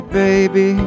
baby